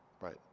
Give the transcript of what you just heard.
right